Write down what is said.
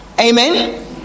Amen